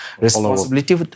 responsibility